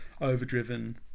overdriven